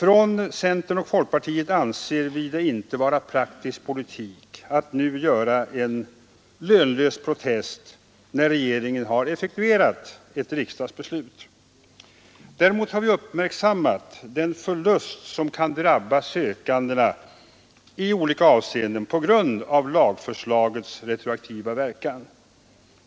Från centern och folkpartiet anser man att det inte är praktisk politik att nu protestera, när regeringen har effektuerat ett riksdagsbeslut. Däremot har vi uppmärksammat den förlust som kan drabba sökandena i olika avseenden på grund av lagförslagets retroaktiva verkan.